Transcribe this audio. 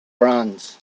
bronze